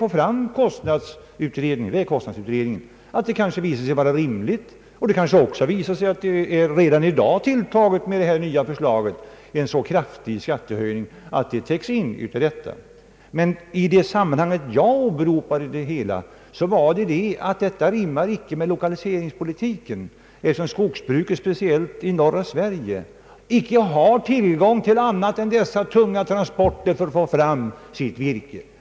Det är möjligt att den när vi får fram kostnadsutredningen kanske visar sig vara rimligt tilltagen, och det kanske även visar sig att skattehöjningen i det nya förslaget redan är så kraftigt tilltagen att kostnaderna täcks in. Men vad jag velat åberopa är att det inte rimmar med lokaliseringspolitiken, eftersom skogsbruket, speciellt i norra Sverige, inte har tillgång till annat än dessa tunga transporter för att få fram sitt virke.